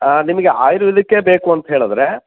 ನಿಮಗೆ ಆಯುರ್ವೇದಿಕ್ಕೇ ಬೇಕು ಅಂತ ಹೇಳಿದರೆ